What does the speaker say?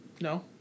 No